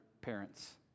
parents